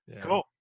Cool